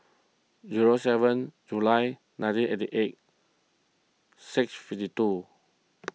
zero seven July nineteen eighty eight six fifty two